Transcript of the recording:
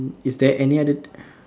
is there any other